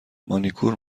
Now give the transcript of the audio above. مانیکور